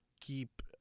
keep